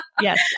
Yes